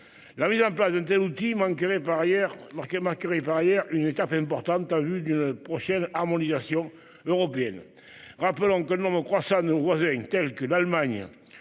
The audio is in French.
La mise en place d'un tel outil marquerait par ailleurs une étape importante en vue d'une prochaine harmonisation européenne. Rappelons qu'un nombre croissant de nos voisins, tels que l'Allemagne,